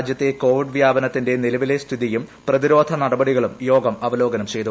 രാജ്യത്തെ കോവിഡ് വ്യാപനത്തിന്റെ നിലവിലെ സ്ഥിതിയും പ്രതിരോധ നടപടികളും യോഗം അവലോകനം ചെയ്തു